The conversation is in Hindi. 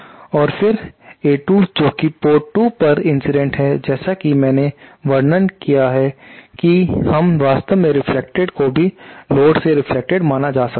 और फिर A2 जोकि पोर्ट 2 पर इंसिडेंट है जैसा कि मैंने वर्णन क्या है की हम वास्तव में रेफ्लेक्टेड को भी लोड से रेफ्लेक्टेड माना जा सकता है